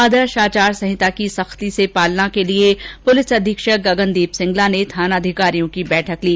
आदर्श आचार संहिता की सख्ती से पालना के लिए पुलिस अधीक्षक गगनदीप सिंगला ने थाना अधिकारियों की बैठक ली